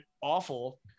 awful